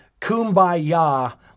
kumbaya